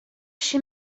she